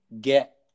get